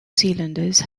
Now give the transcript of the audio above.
zealanders